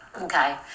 okay